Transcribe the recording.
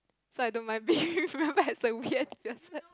so I don't mind being remembered as a weird person